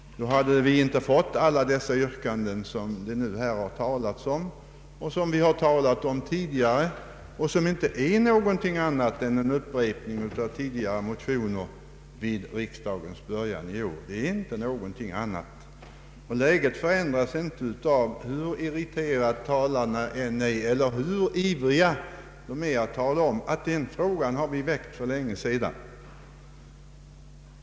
Då hade vi inte fått alla dessa yrkanden som det nu här har talats om och som vi har diskuterat tidigare och som inte är någonting annat än en upprepning av motioner i början av årets riksdag. Läget förändras inte av hur ivriga talarna än är att tala om att den eller den frågan har de tagit upp för länge sedan.